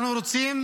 אנחנו רוצים